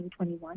2021